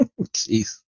Jeez